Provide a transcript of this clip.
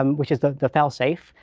um which is the the fail-safe.